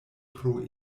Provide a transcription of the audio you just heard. pro